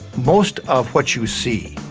most of what you see,